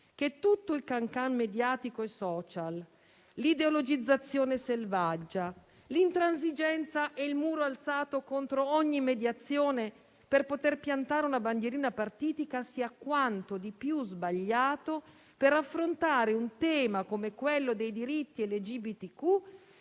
che tutto il *can-can* mediatico e *social*, l'ideologizzazione selvaggia, l'intransigenza e il muro alzato contro ogni mediazione, per poter piantare una bandierina partitica, siano quanto di più sbagliato per affrontare un tema come quello dei diritti LGBTQ